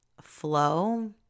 flow